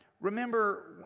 remember